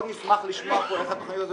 עד 2030. מאוד נשמח לשמוע כאן איך התכנית הזו